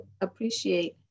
appreciate